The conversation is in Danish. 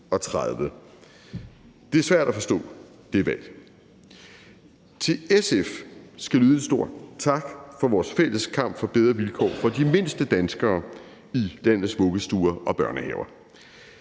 valg er svært at forstå. Til SF skal lyde en stor tak for vores fælles kamp for bedre vilkår for de mindste danskere i deres vuggestuer og børnehaver.